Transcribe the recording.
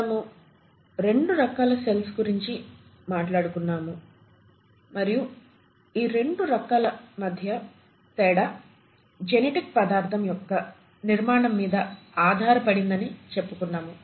మనము రెండు రకాల సెల్స్ గురించి మాట్లాడుకున్నాము మరియు ఈ రెండు రకాల మధ్య తేడా జెనెటిక్ పదార్ధం యొక్క నిర్మాణం మీద ఆధారపడింది అని చెప్పుకున్నాము